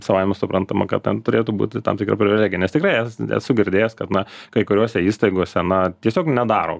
savaime suprantama kad ten turėtų būti tam tikra privilegija nes tikrai esu girdėjęs kad na kai kuriose įstaigose na tiesiog nedaro